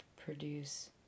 produce